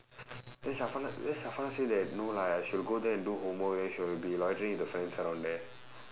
then then say that no lah she will go there and do homework then she want to be loitering with her friends around there